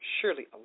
Surely